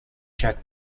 check